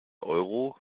euro